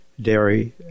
dairy